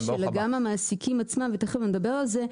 אלא גם המעסיקים עצמם ותיכף נדבר על זה,